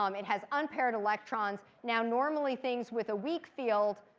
um it has unpaired electrons. now, normally, things with a weak field,